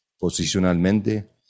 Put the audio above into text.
posicionalmente